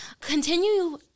continue